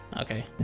Okay